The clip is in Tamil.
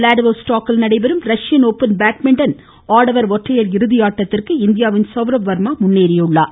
விளாடிவோ ஸ்டாக்கில் நடைபெறும் ரஷ்யன் ஒப்பன் பேட்மிண்டன் ஆடவர் ஒற்றையர் இறுதி ஆட்டத்திற்கு இந்தியாவின் சௌரப் வர்மா முன்னேறியுள்ளார்